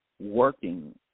working